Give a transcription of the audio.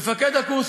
מפקד הקורס,